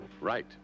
Right